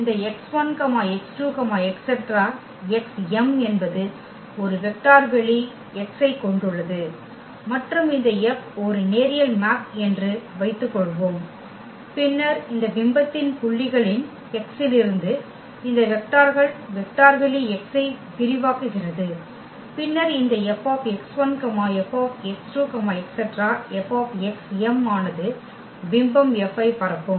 இந்த x1 x2 xm என்பது ஒரு வெக்டர் வெளி X ஐக் கொண்டுள்ளது மற்றும் இந்த F ஒரு நேரியல் மேப் என்று வைத்துக்கொள்வோம் பின்னர் இந்த பிம்பத்தின் புள்ளிகளின் x இலிருந்து இந்த வெக்டார்கள் வெக்டர் வெளி X ஐ விரிவாக்குகிறது பின்னர் இந்த F F F ஆனது பிம்பம் F ஐ பரப்பும்